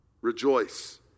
Rejoice